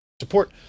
Support